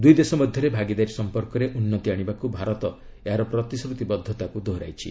ଦୁଇଦେଶ ମଧ୍ୟରେ ଭାଗିଦାରୀ ସମ୍ପର୍କରେ ଉନ୍ନତି ଆଶିବାକୁ ଭାରତ ଏହାର ପ୍ରତିଶ୍ରତିବଦ୍ଧତାକୁ ଦୋହରାଇଛି